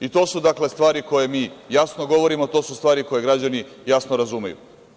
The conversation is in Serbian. I to su stvari koje mi jasno govorimo, a to su stvari koje građani jasno razumeju.